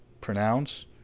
pronounce